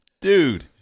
Dude